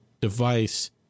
device